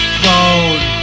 phone